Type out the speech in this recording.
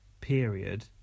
period